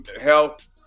health